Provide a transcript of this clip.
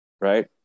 right